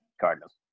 Cardinals